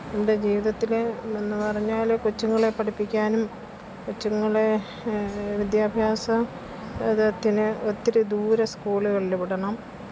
എന്റെ ജീവിതത്തിൽ എന്നൊന്നു പറഞ്ഞാൽ കൊച്ചുങ്ങളെ പഠിപ്പിക്കാനും കൊച്ചുങ്ങളെ വിദ്യാഭ്യാസം അത് ത്തിന് ഒത്തിരി ദൂരെ സ്കൂളുകളിൽ വിടണം